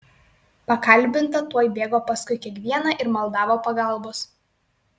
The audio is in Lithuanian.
pakalbinta tuoj bėgo paskui kiekvieną ir maldavo pagalbos